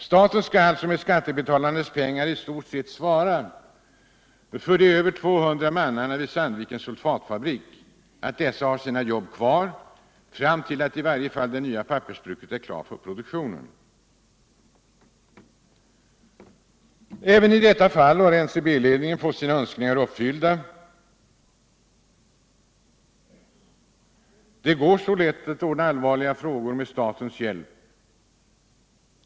Staten skall således med skattebetalarnas pengar i stort sett svara för att de över 200 mannarna vid Sandvikens sulfatfabrik har sina jobb kvar, i varje fall till dess att det nya pappersbruket är klart för produktion. Även i detta fall har NCB-ledningen fått sina önskningar uppfyllda. Så lätt går det att ordna allvarliga frågor med statens hjälp!